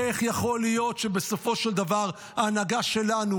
איך יכול להיות שבסופו של דבר ההנהגה שלנו